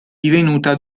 divenuta